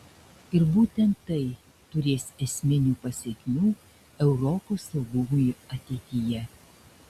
ir būtent tai turės esminių pasekmių europos saugumui ateityje